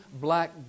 black